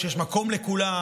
שיש מקום לכולם,